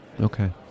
Okay